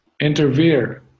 interfere